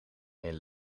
een